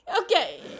Okay